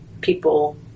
people